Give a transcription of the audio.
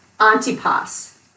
Antipas